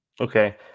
Okay